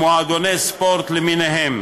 איגודי ספורט ומועדוני ספורט למיניהם.